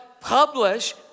Publish